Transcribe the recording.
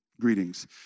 greetings